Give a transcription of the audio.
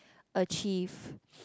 achieve